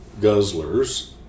guzzlers